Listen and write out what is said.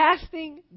Casting